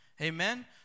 Amen